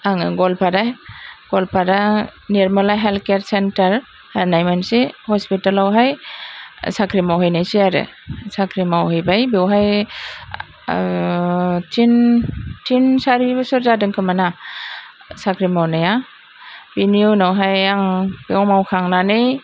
आङो Goalpara Goalpara Nirmala health care centre होननाय मोनसे हस्पिटालआवहाय साख्रि मावहैनायसै आरो साख्रि मावहैबाय बेवहाय थिन थिन सारि बोसोर जादों खोमा ना साख्रि मावनाया बेनि उनावहाय आं बेयाव मावखांनानै